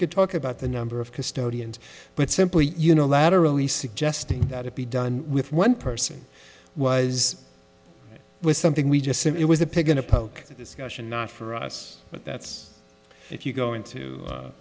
could talk about the number of custodians but simply unilaterally suggesting that it be done with one person was was something we just sent it was a pig in a poke discussion not for us but that's if you go into